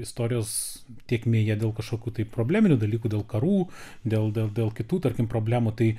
istorijos tėkmėje dėl kažkokių tai probleminių dalykų dėl karų dėl dėl kitų tarkim problemų tai